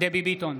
דבי ביטון,